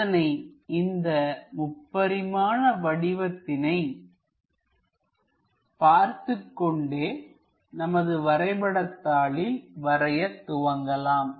அதனை இந்த முப்பரிமான வடிவத்தினை பார்த்துக் கொண்டே நமது வரைபட தாளில் வரையத் துவங்கலாம்